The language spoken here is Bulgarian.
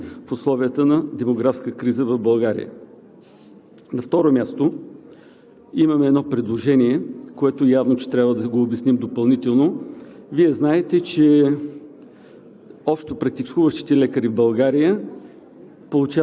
Мисля, че по този начин изпълняваме и важния социален момент в условията на демографска криза в България. На второ място, имам едно предложение, което явно трябва да обясним допълнително. Вие знаете, че